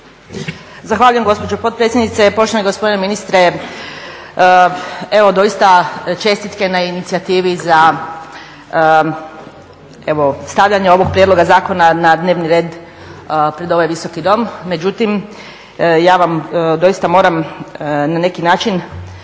Zahvaljujem gospođo potpredsjednice. Poštovani gospodine ministre, evo doista čestitke na inicijativi za stavljanje ovog prijedloga zakona na dnevni red pred ovaj Visoki dom. Međutim, ja doista moram na neki način